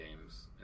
games